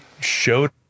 showed